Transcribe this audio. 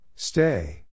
Stay